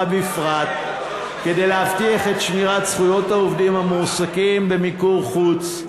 בפרט כדי להבטיח את שמירת זכויות העובדים המועסקים במיקור חוץ.